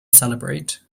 celebrate